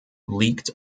leaked